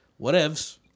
whatevs